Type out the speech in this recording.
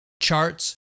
charts